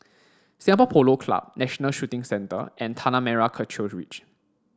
Singapore Polo Club National Shooting Centre and Tanah Merah Kechil Ridge